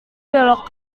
belok